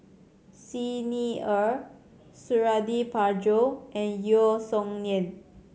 Xi Ni Er Suradi Parjo and Yeo Song Nian